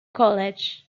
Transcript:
college